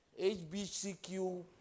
HBCQ